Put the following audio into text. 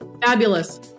Fabulous